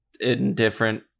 indifferent